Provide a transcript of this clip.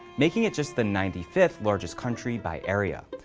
making it just the ninety fifth largest country by area,